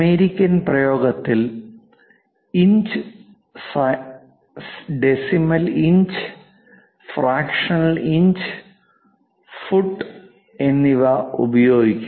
American പ്രയോഗത്തിൽ inch decimal inch fractional inch അടി എന്നിവ ഉപയോഗിക്കും